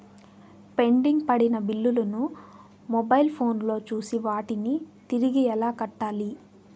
pending పడిన బిల్లులు ను మొబైల్ ఫోను లో చూసి వాటిని తిరిగి ఎలా కట్టాలి